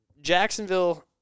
Jacksonville